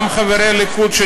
גם חברי הליכוד,